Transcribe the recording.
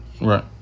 Right